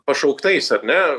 pašauktais ar ne